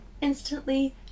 instantly